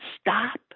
stop